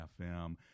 FM